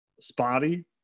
spotty